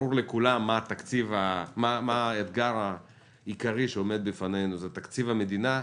ברור לכולם מה האתגר העיקרי שעומד לפנינו תקציב המדינה.